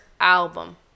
album